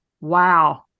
wow